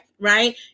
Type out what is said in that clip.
right